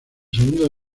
segundo